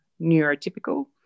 neurotypical